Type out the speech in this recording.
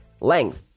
length